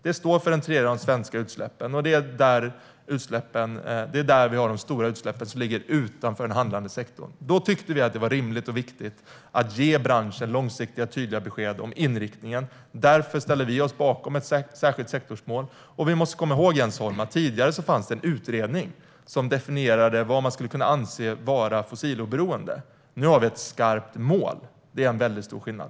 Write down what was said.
Den står för en tredjedel av de svenska utsläppen, och det är där vi har de stora utsläpp som ligger utanför den handlande sektorn. Då tyckte vi att det var rimligt och viktigt att ge branschen långsiktiga och tydliga besked om inriktningen. Därför ställde vi oss bakom ett särskilt sektorsmål. Vi måste komma ihåg, Jens Holm, att det tidigare fanns en utredning som definierade vad man skulle kunna anse vara fossiloberoende. Nu har vi ett skarpt mål. Det är en väldigt stor skillnad.